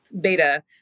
beta